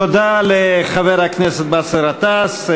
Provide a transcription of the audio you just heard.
תודה לחבר הכנסת באסל גטאס.